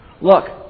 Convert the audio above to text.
Look